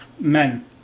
men